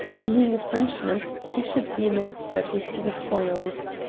being a frenchman, he should be an expert with the foils.